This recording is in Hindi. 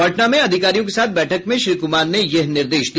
पटना में अधिकारियों के साथ बैठक में श्री कुमार ने यह निर्देश दिया